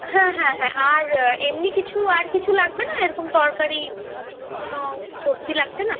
হ্যাঁ হ্যাঁ হ্যাঁ আর এমনি কিছু আর কিছু লাগবে না এরকম তরকারি কোনো সবজি লাগছে না